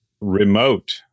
Remote